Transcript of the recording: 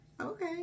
okay